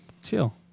Chill